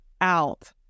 out